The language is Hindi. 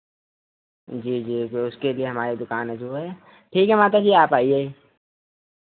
जी जी तो उसके लिए हमारी दुकान है ठीक है माताजी आप आइए